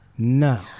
No